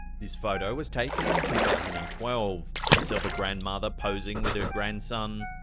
this photo was taken in two thousand and twelve. it's of a grandmother posing with her grandson.